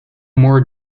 more